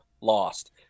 lost